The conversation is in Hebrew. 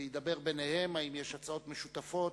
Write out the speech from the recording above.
להידבר ביניהן אם יש הצעות משותפות,